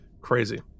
crazy